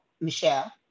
Michelle